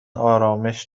آرامش